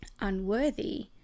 unworthy